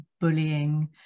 bullying